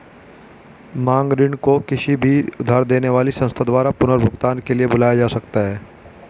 मांग ऋण को किसी भी समय उधार देने वाली संस्था द्वारा पुनर्भुगतान के लिए बुलाया जा सकता है